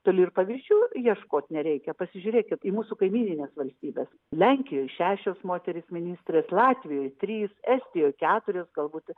toli ir paviršių ieškot nereikia pasižiūrėkit į mūsų kaimynines valstybes lenkijoj šešios moterys ministrės latvijoj trys estijoj keturios galbūt